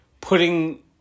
putting